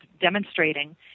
demonstrating